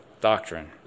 doctrine